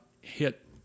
hit